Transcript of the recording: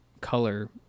color